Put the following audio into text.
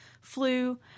flu